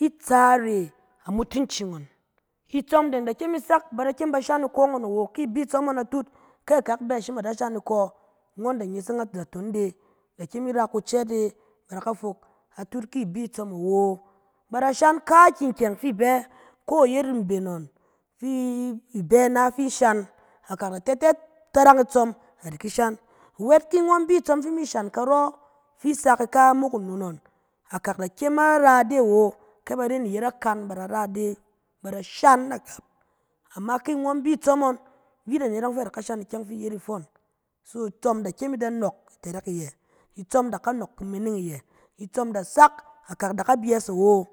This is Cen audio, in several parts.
Itsare amutuci ngɔn, itsɔm deng da sak ba da kyem ba shan iko ngɔn awo, ki i bi tsɔm ngɔn atut, kɛ akak bɛ atut a shim a da shan iko, ngɔn da neseng nazaton de, da kyem i ra kucɛɛt e, ba da ku fok. Atut ki bi tsɔm awo, ba da shan kaki kyɛng fi bɛ, ko i yet mben ngɔn, fi i bɛ na fi shan, akak da tɛ tɛ tarang itsɔm a da ki shan. Wɛt ki ngɔn bi tsɔm fi i mi shan karɔ, i sak ika mok nnon ngɔn, akak da kyem a ra ide wo, ke ba ren i yet akan ba da ra ide, ba da shan na gap. Ama ki ngɔn bi tsɔm ɔng, vit anet fɛ a da ka shan ikƴeng fi i yet ifuu. So, itsɔm da kyem i da nɔɔk itɛrɛk iyɛ, itsɔm da ka nɔɔk kamining iyɛ, itsɔm da sak akak da ka byɛɛs awo.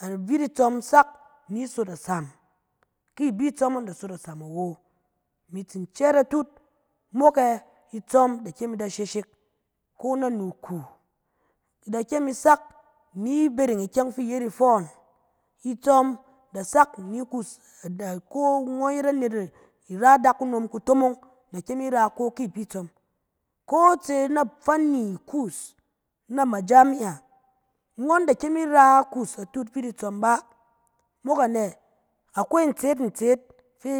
Avit itsɔm sak ni sot asam, ki bi tsɔm ɔng da sot asam awo. Imi tsi cɛɛt atut, mok ɛ, itsɔm da kyem i da sheshek, ko nanu ku, i da kyem i sak ni bereng ikyɛng fi i yit ifɔɔn. Itsɔm da sak ni kuus a da-ko- ngɔn yet anet ira adakunom kutomong da kyem i ra iko ki i bi tsɔm. Ko i tse na fanni kuus na majamiya, ngɔn da kyem i ra ikuus atut vit tsɔm bà, mok anɛ? Awe ntseet ntseet fi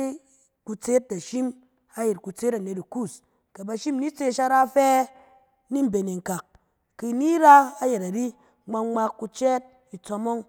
kutseet da shim ayit kutseet anet ikuus. Kɛ ba shim ni tse ishara ifɛ ni mben e nkak, ki ni ra ayɛt ari, ngma ngma kucɛɛt itsɔm ɔng.